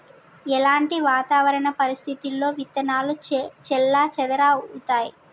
ఎలాంటి వాతావరణ పరిస్థితుల్లో విత్తనాలు చెల్లాచెదరవుతయీ?